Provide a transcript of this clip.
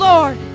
Lord